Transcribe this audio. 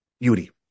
Beauty